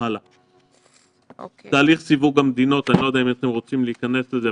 אני לא יודע אם אתם רוצים להיכנס לתהליך סיווג המדינות,